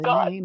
God